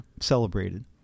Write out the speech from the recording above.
celebrated